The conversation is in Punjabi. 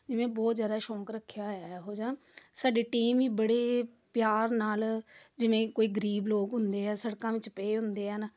ਜਿਵੇਂ ਬਹੁਤ ਜ਼ਿਆਦਾ ਸ਼ੌਕ ਰੱਖਿਆ ਹੋਇਆ ਹੈ ਇਹੋ ਜਿਹਾ ਸਾਡੀ ਟੀਮ ਵੀ ਬੜੇ ਪਿਆਰ ਨਾਲ ਜਿਵੇਂ ਕੋਈ ਗਰੀਬ ਲੋਕ ਹੁੰਦੇ ਆ ਸੜਕਾਂ ਵਿੱਚ ਪਏ ਹੁੰਦੇ ਹਨ